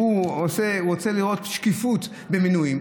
שהוא רוצה לראות שקיפות במינויים,